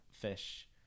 fish